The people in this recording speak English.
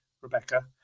Rebecca